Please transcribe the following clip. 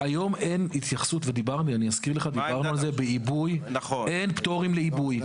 היום אין התייחסות לעיבוי, אין פטורים לעיבוי,